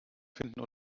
finden